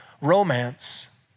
romance